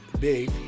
big